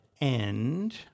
end